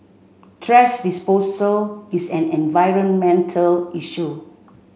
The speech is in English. thrash disposal is an environmental issue